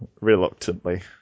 reluctantly